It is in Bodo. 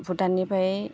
भुटाननिफ्राय